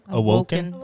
awoken